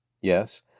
Yes